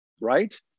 right